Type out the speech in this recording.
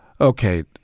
okay